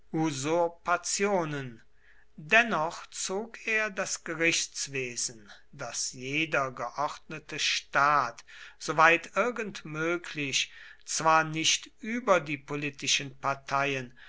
usurpationen dennoch zog er das gerichtswesen das jeder geordnete staat soweit irgend möglich zwar nicht über die politischen parteien